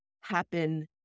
happen